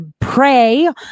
pray